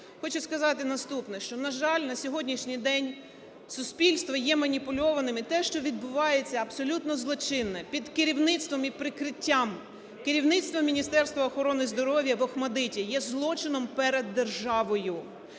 Хочу сказати наступне, що, на жаль, на сьогоднішній день суспільство є маніпульованим. І те, що відбувається абсолютно злочинне під керівництвом і прикриттям керівництва Міністерства охорони здоров'я в "ОХМАТДИТі", є злочином перед державою.